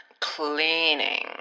Cleaning